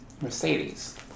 Mercedes